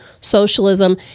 socialism